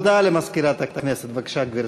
הודעה למזכירת הכנסת, בבקשה, גברתי.